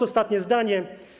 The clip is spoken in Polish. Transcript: Ostatnie zdanie.